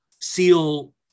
seal